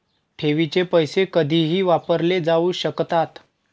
ठेवीचे पैसे कधीही वापरले जाऊ शकतात